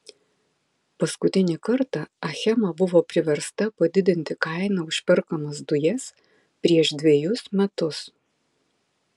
paskutinį kartą achema buvo priversta padidinti kainą už perkamas dujas prieš dvejus metus